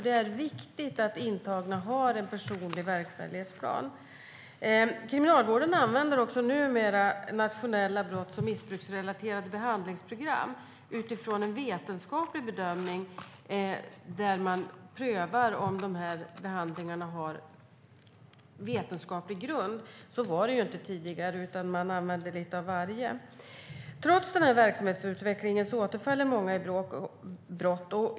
Det är viktigt att intagna har en personlig verkställighetsplan. Kriminalvården använder numera nationella brotts och missbruksrelaterade handlingsprogram utifrån en vetenskaplig bedömning. Man prövar om behandlingarna har vetenskaplig grund. Så var det inte tidigare, utan man använde lite av varje. Trots verksamhetsutvecklingen återfaller många i brott.